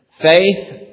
Faith